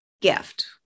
gift